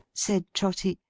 said trotty,